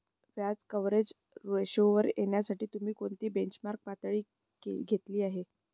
व्याज कव्हरेज रेशोवर येण्यासाठी तुम्ही कोणती बेंचमार्क पातळी घेतली आहे?